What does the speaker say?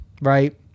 right